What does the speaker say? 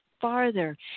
farther